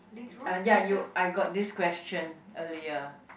uh ya you I got this question earlier